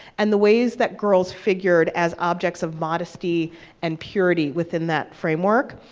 and the ways that girls figured as objects of modesty and purity within that framework.